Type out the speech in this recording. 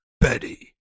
Betty